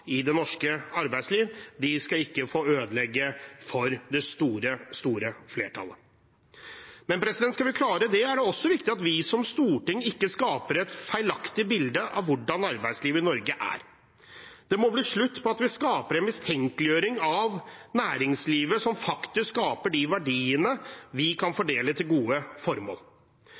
i det norske arbeidsliv. De skal ikke få ødelegge for det store, store flertallet. Men skal vi klare det, er det også viktig at vi som storting ikke skaper et feilaktig bilde av hvordan arbeidslivet i Norge er. Det må bli slutt på at vi mistenkeliggjør næringslivet, som faktisk skaper de verdiene vi kan fordele til gode formål.